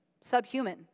subhuman